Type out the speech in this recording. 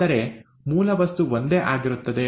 ಆದರೆ ಮೂಲ ವಸ್ತು ಒಂದೇ ಆಗಿರುತ್ತದೆ